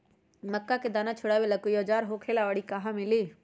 मक्का के दाना छोराबेला कोई औजार होखेला का और इ कहा मिली?